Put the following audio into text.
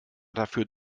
dafür